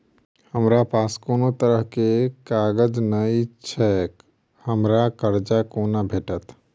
हमरा पास कोनो तरहक कागज नहि छैक हमरा कर्जा कोना भेटत?